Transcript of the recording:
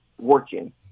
working